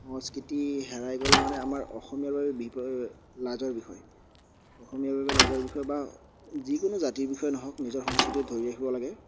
সংস্কৃতি হেৰাই গ'লে মানে আমাৰ অসমীয়াৰ বাবে বিপদ লাজৰ বিষয় অসমীয়াৰ বাবে লাজৰ বিষয় বা যিকোনো জাতিৰ বিষয়ে নহওক নিজৰ সংস্কৃতি ধৰি ৰাখিব লাগে